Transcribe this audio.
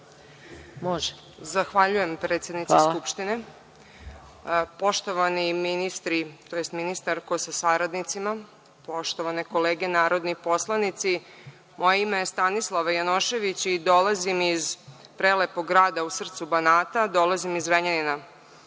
Zahvaljujem predsednice Skupštine. Poštovani ministri tj. ministarko sa saradnicima, poštovane kolege narodni poslanici, moje ime je Stanislava Janošević i dolazim iz prelepog grada u srcu Banata, dolazim iz Zrenjanina.